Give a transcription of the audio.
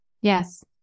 Yes